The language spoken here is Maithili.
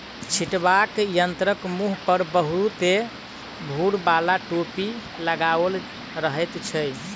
छिटबाक यंत्रक मुँह पर बहुते भूर बाला टोपी लगाओल रहैत छै